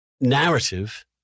narrative